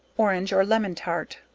orange or lemon tart.